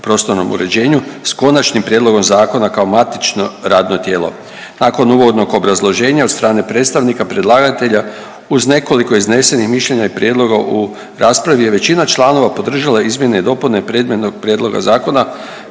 o prostornom uređenju s konačnim prijedlogom zakona kao matično radno tijelo. Nakon uvodnog obrazloženja od strane predstavnika predlagatelja uz nekoliko iznesenih mišljenja i prijedloga u raspravi je većina članova podržala izmjene i dopune predmetnog prijedloga zakona,